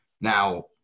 now